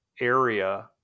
area